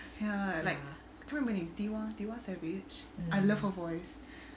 ya like tiwa tiwa savage I love her voice